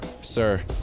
Sir